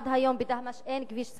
עד היום בדהמש אין כביש סלול,